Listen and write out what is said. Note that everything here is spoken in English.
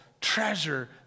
treasure